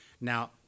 Now